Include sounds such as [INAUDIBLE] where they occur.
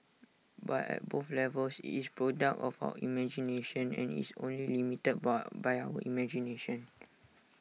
but at both levels IT is product of our imagination and IT is only limited boy by our imagination [NOISE]